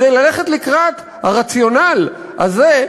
וזה כדי ללכת לקראת הרציונל הזה,